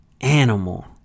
animal